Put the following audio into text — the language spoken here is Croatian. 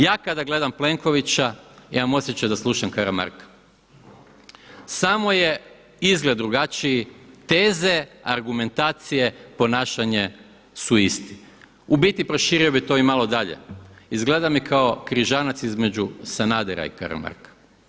Ja kada gledam Plenkovića imam osjećaj da slušam Karamarka, samo je izgled drugačiji, teze, argumentacije, ponašanje su isti, u biti proširio bih to malo i dalje, izgleda mi kao križanac između Sanadera i Karamarka.